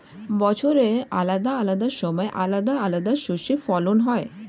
বছরের আলাদা আলাদা সময় আলাদা আলাদা শস্যের ফলন হয়